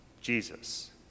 Jesus